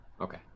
Okay